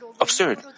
absurd